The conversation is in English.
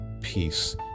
peace